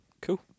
Cool